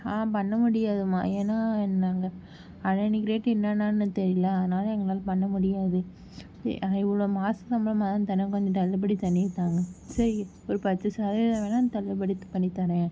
பண்ண முடியாதும்மா ஏன்னா நாங்கள் அன்னன்னைக்கு ரேட் என்னன்னு தெரியல அதனால் எங்களால் பண்ண முடியாது சரி ஆனால் இவ்வளோ மாசம் சம்பளமாக தானே தறோம் கொஞ்சம் தள்ளுபடி பண்ணித்தாங்க சரி இப்போ ஒரு பத்து சதவீதம் வேணா தள்ளுபடி பண்ணித்தறேன்